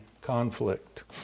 conflict